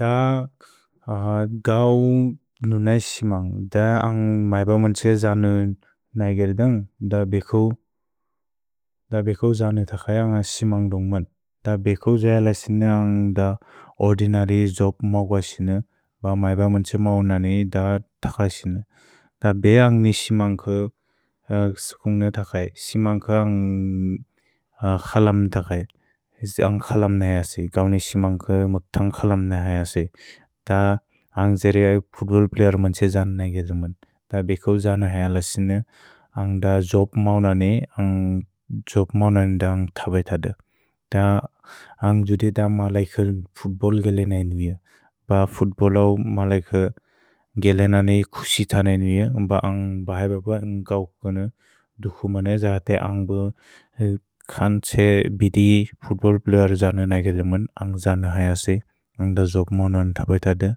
द गौ नुने क्सिमन्ग्। द अन्ग् मैब मुन्छे जनु नगेर्दन्ग्, द बेकु, द बेकु जनु तकय्। अन्ग क्सिमन्ग् दोन्ग्मन्। द बेकु द्एलेसिनि अन्ग् द ओर्दिनरि द्जोप् मोग्वसिनि, ब मैब मुन्छे मौननि द तकसिनि। द बे अन्ग् नुने क्सिमन्ग् क्सु स्कुन्ग् नु तकय्। क्सिमन्ग् क्सु अन्ग् क्सलमु तकय्। अन्ग् क्सलमु नहिअसि। गौ नुने क्सिमन्ग् क्सु मुक्तन् क्सलमु नहिअसि। द अन्ग् जेरे अन्ग् फुत्बोल् प्लयेर् मुन्छे जनु नगेर्दमन्। द बेकु जनु नहिअसिनि, अन्ग् द द्जोप् मौननि, अन्ग् द्जोप् मौननि द अन्ग् तबय्तदु। द अन्ग् द्उदिद मलैकुल् फुत्बोल् गेलेन इनु इउ। भ फुत्बोलौ मलैकुल् गेलेन नि कुक्सित न इनु इउ। द बे अन्ग् मैब मुन्छे जनु नगेर्दमन्, अन्ग् जनु नहिअसि, अन्ग् द द्जोप् मौननि द तबय्तदु।